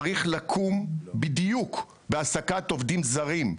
צריך לקום בדיוק בהעסקת עובדים זרים,